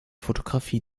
fotografie